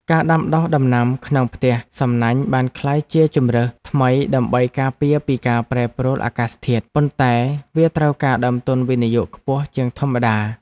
ការដាំដុះដំណាំក្នុងផ្ទះសំណាញ់បានក្លាយជាជម្រើសថ្មីដើម្បីការពារពីការប្រែប្រួលអាកាសធាតុ ប៉ុន្តែវាត្រូវការដើមទុនវិនិយោគខ្ពស់ជាងធម្មតា។